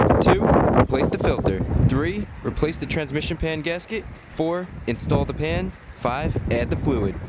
two replace the filter. three replace the transmission pan gasket. four install the pan. five add the fluid.